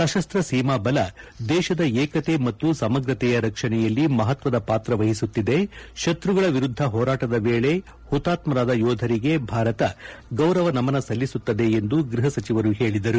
ಸಶಸ್ತ್ರ ಸೀಮಾ ಬಲ ದೇಶದ ಏಕತೆ ಮತ್ತು ಸಮಗ್ರತೆಯ ರಕ್ಷಣೆಯಲ್ಲಿ ಮಹತ್ಸದ ಪಾತ್ರವಹಿಸುತ್ತಿದೆ ಶತ್ಪಗಳ ವಿರುದ್ಧ ಹೋರಾಟದ ವೇಳೆ ಹುತಾತ್ಮರಾದ ಯೋಧರಿಗೆ ಭಾರತ ಗೌರವ ನಮನ ಸಲ್ಲಿಸುತ್ತದೆ ಎಂದು ಗ್ಬಹ ಸಚಿವರು ಹೇಳಿದರು